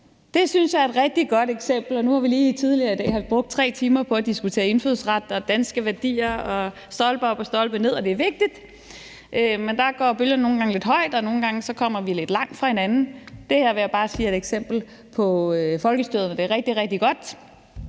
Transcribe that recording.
Det synes jeg er et rigtig godt eksempel, og nu har vi lige tidligere i dag brugt 3 timer på at diskutere indfødsret og danske værdier stolpe op og stolpe ned, og det er vigtigt. Der går bølgerne nogle gange lidt højt, og nogle gange kommer vi lidt langt fra hinanden. Det her vil jeg bare sige er et eksempel på folkestyret, når det er rigtig, rigtig godt.